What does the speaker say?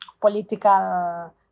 political